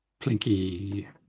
Plinky